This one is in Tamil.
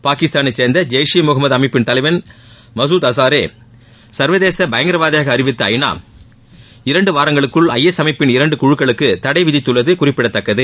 பாகிஸ்தானைச்சேர்ந்த ஜெய்ஷ் ஏ முகம்மது அமைப்பிள் தலைவன் மசூத் அசாரை சர்வதேச பயங்கரவாதியாக அறிவித்த ஐநா இரண்டு வாரங்களுக்குள் ஐ எஸ் அமைப்பின் இரண்டு குழுக்களுக்கு தடை விதித்துள்ளது குறிப்பிடத்தக்கது